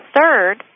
Third